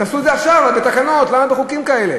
תעשו את זה עכשיו, אבל בתקנות, למה בחוקים כאלה?